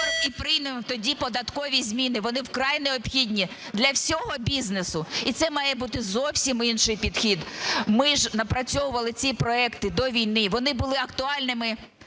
і приймемо тоді податкові зміни, вони вкрай необхідні для всього бізнесу. І це має бути зовсім інший підхід. Ми ж напрацьовували ці проекти до війни. Вони були актуальними,